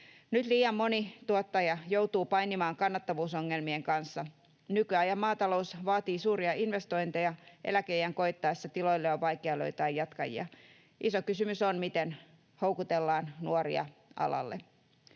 Nyt liian moni tuottaja joutuu painimaan kannattavuusongelmien kanssa. Nykyajan maatalous vaatii suuria investointeja. Eläkeiän koittaessa tiloille on vaikea löytää jatkajia. Iso kysymys on, miten houkutellaan nuoria alalle.